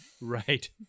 Right